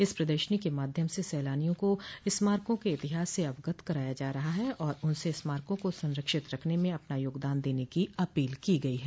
इस प्रदर्शनी के माध्यम से सैलानियों को स्मारकों के इतिहास से अवगत कराया जा रहा है और उनसे स्मारको को संरक्षित रखने में अपना योगदान देने की अपील की गई है